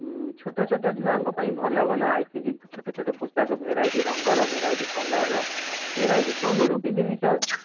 ଛୋଟ ଛୋଟ ଛୁଆଙ୍କ ପାଇଁ ଭଲ ଭଲ ଆସିଛି ଛୋଟ ଛୋଟ ପୋଷାକ ଭେରାଇଟି ରଙ୍ଗର ଭେରାଇଟି କଲରର ଭେରାଇଟି ବହୁରୁପି ଜିନିଷ ଅଛି